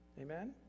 Amen